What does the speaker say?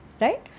right